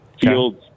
Fields